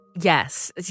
Yes